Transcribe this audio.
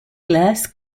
glass